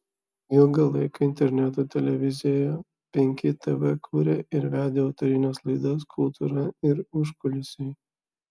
ilgą laiką interneto televizijoje penki tv kūrė ir vedė autorines laidas kultūra ir užkulisiai